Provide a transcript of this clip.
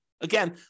Again